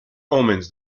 omens